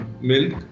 milk